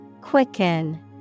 Quicken